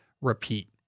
repeat